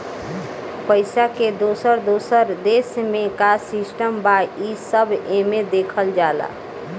पइसा के दोसर दोसर देश मे का सिस्टम बा, ई सब एमे देखल जाला